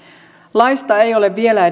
laista ei ole vielä